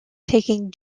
taking